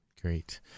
great